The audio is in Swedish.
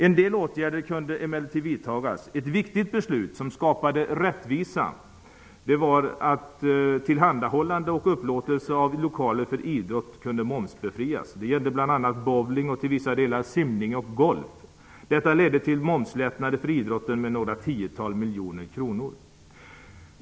En del åtgärder kunde emellertid vidtas. Ett viktigt beslut som skapade rättvisa var att tillhandahållande och upplåtelse av lokaler för idrott kunde momsbefrias. Det gällde bl.a. bowling och till vissa delar simning och golf. Detta ledde till momslättnader på några tiotal miljoner kronor för idrottsrörelsen.